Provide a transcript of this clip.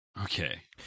Okay